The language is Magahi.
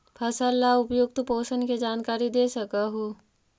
फसल ला उपयुक्त पोषण के जानकारी दे सक हु?